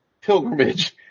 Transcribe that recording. Pilgrimage